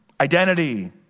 identity